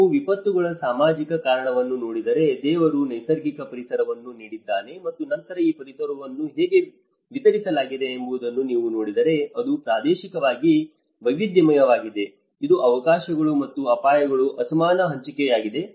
ನೀವು ವಿಪತ್ತುಗಳ ಸಾಮಾಜಿಕ ಕಾರಣವನ್ನು ನೋಡಿದರೆ ದೇವರು ನೈಸರ್ಗಿಕ ಪರಿಸರವನ್ನು ನೀಡಿದ್ದಾನೆ ಮತ್ತು ನಂತರ ಈ ಪರಿಸರವನ್ನು ಹೇಗೆ ವಿತರಿಸಲಾಗಿದೆ ಎಂಬುದನ್ನು ನೀವು ನೋಡಿದರೆ ಅದು ಪ್ರಾದೇಶಿಕವಾಗಿ ವೈವಿಧ್ಯಮಯವಾಗಿದೆ ಇದು ಅವಕಾಶಗಳು ಮತ್ತು ಅಪಾಯಗಳ ಅಸಮಾನ ಹಂಚಿಕೆಯಾಗಿದೆ